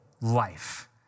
life